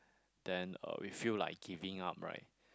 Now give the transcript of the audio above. then uh we feel like giving up right